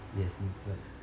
yes that's right